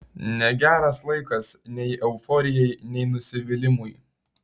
negeras laikas nei euforijai nei nusivylimui